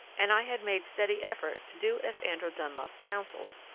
and i had made steady effort to do as andrew dunlop counselled.